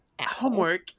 Homework